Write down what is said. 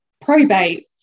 probate